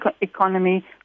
economy